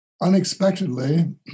unexpectedly